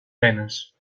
penes